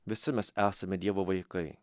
visi mes esame dievo vaikai